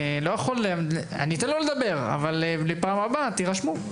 אני אתן לו לדבר, אבל לפעם הבאה תירשמו.